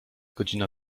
godzina